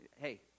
Hey